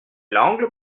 langue